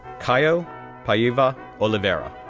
caio paiva oliveira,